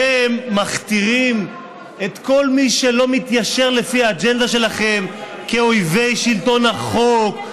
אתם מכתירים את כל מי שלא מתיישר לפי האג'נדה שלכם כאויבי שלטון החוק,